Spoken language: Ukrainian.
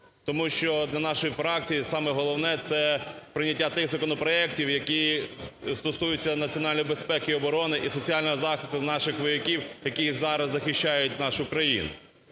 Тому що для нашої фракції саме головне – це прийняття тих законопроектів, які стосуються національної безпеки і оборони і соціального захисту наших вояків, які зараз захищають нашу країну.